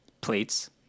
plates